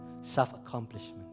self-accomplishment